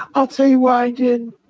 i'll tell you why i did.